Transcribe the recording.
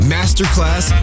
Masterclass